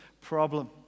problem